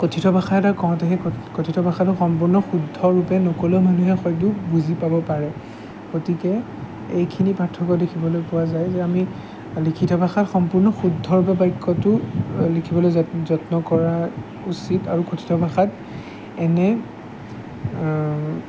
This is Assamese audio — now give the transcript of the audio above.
কথিত ভাষা এটা কওঁতে সেই কথিত ভাষাটো সম্পূৰ্ণ শুদ্ধৰূপে নক'লেও মানুহে হয়তো বুজি পাব পাৰে গতিকে এইখিনি পাৰ্থক্য দেখিবলৈ পোৱা যায় যে আমি লিখিত ভাষাত সম্পূৰ্ণ শুদ্ধৰূপে বাক্যতো লিখিবলৈ যত্ন কৰা উচিত আৰু কথিত ভাষাত এনে